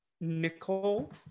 Nicole